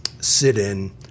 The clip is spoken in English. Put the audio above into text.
sit-in